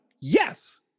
Yes